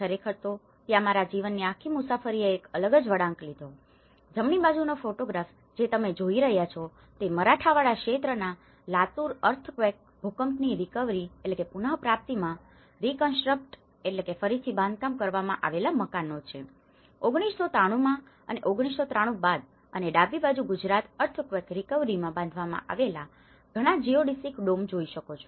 ખરેખરતો ત્યાં મારા જીવનની આખી મુસાફરીએ એક અલગ જ વળાંક લીધો છે જમણી બાજુનો ફોટોગ્રાફ જે તમે જોઇ રહ્યા છો તે મરાઠાવાડા ક્ષેત્રના લાતુર અર્થક્વેકearthquakeભૂકંપ રીકવરી recoveryપુનપ્રાપ્તિમાં રીકન્સસ્ટ્રક્ટreconstructફરીથી બાંધવામાંકરવામાં આવેલા મકાનો નો છે1993માં અને 1993 બાદ અને ડાબી બાજુ ગુજરાત અર્થક્વેક રિકવરીમાં બાંધવામાં આવેલા ઘણા જીઓડીસિક ડોમ જોઈ શકો છો